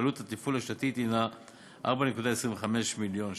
ועלות התפעול השנתית הייתה כ-4.25 מיליוני שקלים.